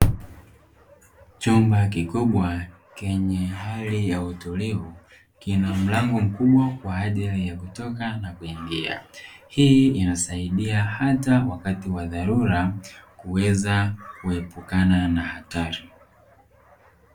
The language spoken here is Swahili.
Chumba kikubwa chenye hali ya utulivu kina mlango mkubwa kwa ajili ya kutoka na kuingia, hii inasaidia hata wakati wa dharura kuweza kuepukana na hatari.